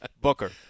Booker